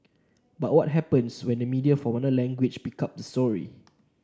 but what happens when media from another language pick up the story